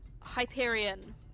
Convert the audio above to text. Hyperion